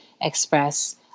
express